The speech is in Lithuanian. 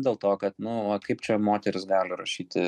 dėl to kad nu o kaip čia moterys gali rašyti